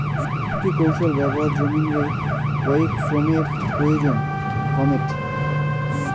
প্রযুক্তিকৌশল ব্যবহার জমিন রে কায়িক শ্রমের প্রয়োজন কমেঠে